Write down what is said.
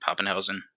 Pappenhausen